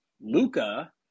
Luca